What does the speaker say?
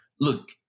look